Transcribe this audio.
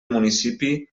municipi